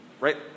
right